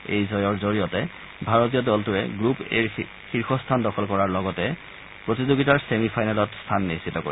এই জয়ৰ জৰিয়তে ভাৰতীয় দলটোৱে গ্ৰুপ এৰ শীৰ্ষ স্থান দখল কৰাৰ লগতে প্ৰতিযোগিতাৰ ছেমি ফাইনেলত স্থান নিশ্চিত কৰে